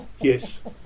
yes